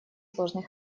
сложный